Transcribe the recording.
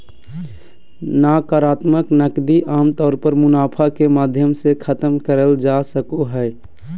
नाकरात्मक नकदी आमतौर पर मुनाफा के माध्यम से खतम करल जा सको हय